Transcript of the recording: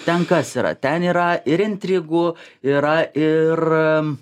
ten kas yra ten yra ir intrigų yra ir